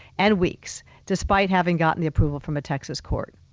and weeks despite having gotten the approval from a texas court.